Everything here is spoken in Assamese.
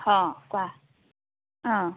অঁ কোৱা অঁ